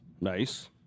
Nice